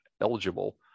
eligible